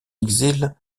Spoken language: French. exil